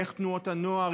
איך תנועות הנוער,